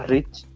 Rich